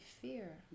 fear